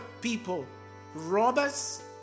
people—robbers